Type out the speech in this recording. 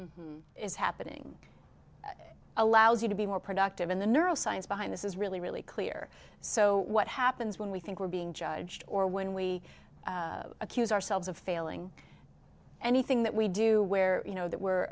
is happening allows you to be more productive in the neuro science behind this is really really clear so what happens when we think we're being judged or when we accuse ourselves of failing anything that we do where you know that we're